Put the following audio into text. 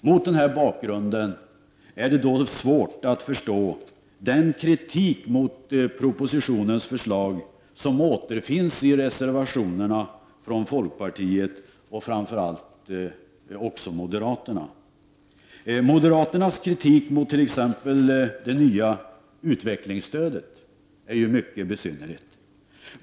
Mot denna bakgrund är det svårt att förstå den kritik mot propositionens förslag som återfinns i reservationerna från folkpartiet och från framför allt moderaterna. Moderaternas kritik mot t.ex. det nya utvecklingsstödet är mycket besynnerlig.